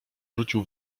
rzucił